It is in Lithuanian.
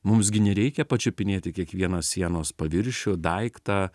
mums gi nereikia pačiupinėti kiekvieną sienos paviršių daiktą